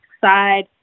side